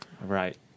Right